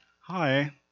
Hi